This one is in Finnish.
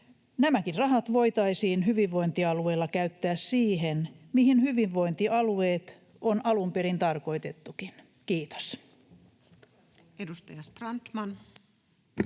Nämäkin rahat voitaisiin hyvinvointialueilla käyttää siihen, mihin hyvinvointialueet on alun perin tarkoitettukin. — Kiitos.